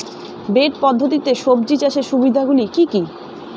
Bed পদ্ধতিতে সবজি চাষের সুবিধাগুলি কি কি?